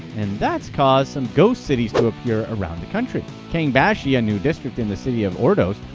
and that's caused some ghost cities to appear around the country! kangbashi, a new district in the city of ordos,